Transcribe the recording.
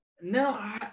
No